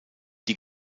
die